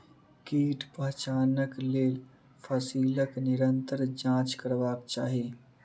कीट पहचानक लेल फसीलक निरंतर जांच करबाक चाही